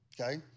okay